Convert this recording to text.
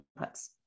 inputs